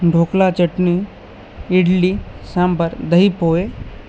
ढोकला चटणी इडली सांबार दही पोहे